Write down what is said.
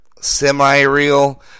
semi-real